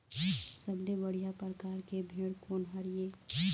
सबले बढ़िया परकार के भेड़ कोन हर ये?